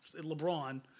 LeBron